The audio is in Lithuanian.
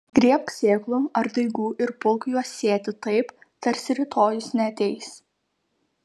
griebk sėklų ar daigų ir pulk juos sėti taip tarsi rytojus neateis